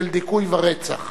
של דיכוי ורצח.